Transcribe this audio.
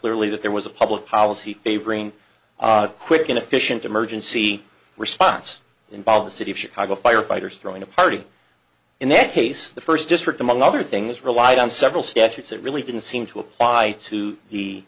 clearly that there was a public policy favoring a quick and efficient emergency response in by the city of chicago firefighters throwing a party in that case the first district among other things relied on several statutes that really didn't seem to apply to the